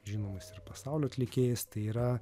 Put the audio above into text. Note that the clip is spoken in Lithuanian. žinomais ir pasaulio atlikėjais tai yra